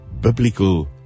biblical